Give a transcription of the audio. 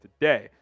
today